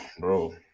bro